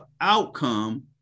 outcome